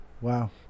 Wow